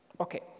Okay